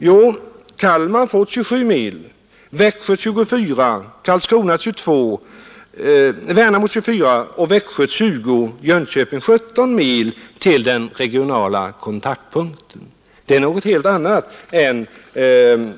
Jo, Kalmar får 27 mil, Värnamo 24 mil, Karlskrona 22 mil, Växjö 20 mil och Jönköping 17 mil till sin regionala kontaktpunkt.